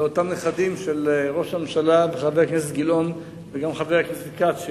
לאותם נכדים של ראש הממשלה וחבר הכנסת גילאון וחבר הכנסת כץ,